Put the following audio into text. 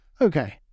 Okay